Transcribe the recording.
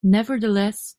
nevertheless